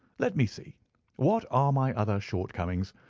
let me see what are my other shortcomings.